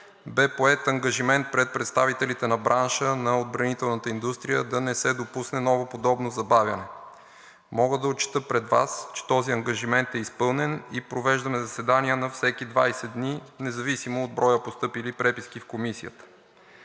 бе поет ангажимент пред представителите на бранша на отбранителната индустрия да не се допусне ново подобно забавяне. Мога да отчета пред Вас, че този ангажимент е изпълнен, и провеждаме заседания на всеки 20 дни, независимо от броя постъпили преписки в Комисията.